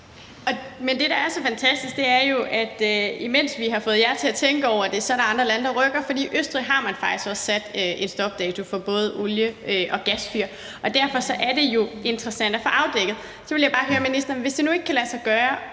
det, der er så fantastisk, er jo, at imens vi har fået jer til at tænke over det, er der andre lande, der rykker. For i Østrig har man faktisk også sat en stopdato for både olie- og gasfyr. Derfor er det jo interessant at få afdækket. Så vil jeg bare høre ministeren: Hvis det nu ikke kan lade sig gøre